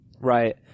Right